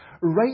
right